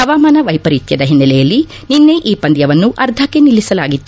ಹವಾಮಾನ ವೈಪರೀತ್ವದ ಹಿನ್ನೆಲೆಯಲ್ಲಿ ನಿನ್ನೆ ಈ ಪಂದ್ವವನ್ನು ಅರ್ಧಕ್ಕೆ ನಿಲ್ಲಿಸಲಾಗಿತ್ತು